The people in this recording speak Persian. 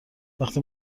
وقتی